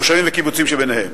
מושבים וקיבוצים שביניהם.